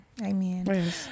Amen